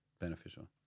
beneficial